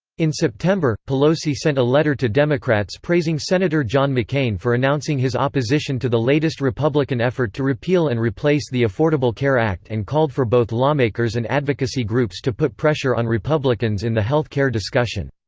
in september, pelosi sent a letter to democrats praising senator john mccain for announcing his opposition to the latest republican effort to repeal and replace the affordable care act and called for both lawmakers and advocacy groups to put pressure on republicans in the health care discussion.